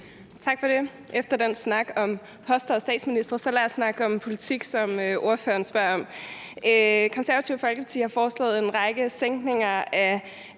Tak for det. Lad os efter den snak om poster og statsministre snakke om politik, som ordføreren spørger om. Det Konservative Folkeparti har foreslået sænkninger af